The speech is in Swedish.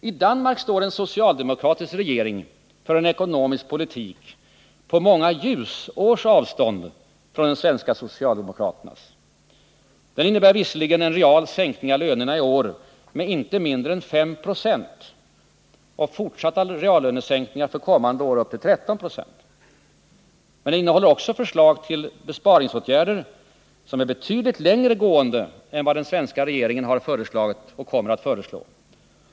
I Danmark står en socialdemokratisk regering för en ekonomisk politik på många ljusårs avstånd från de svenska socialdemokraternas. Den innebär visserligen en real sänkning av lönerna i år med inte mindre än 5 20 och fortsatta reallönesänkningar för kommande år upp till 13 76 men också förslag till besparingsåtgärder som är betydligt längre gående än vad den svenska regeringen har föreslagit och kommer att föreslå.